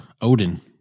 Odin